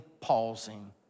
pausing